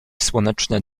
słoneczne